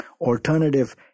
alternative